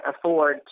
afford